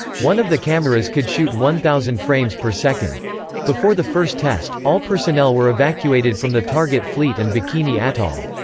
one of the cameras could shoot one thousand frames per second before the first test, all personnel were evacuated from the target fleet and bikini atoll.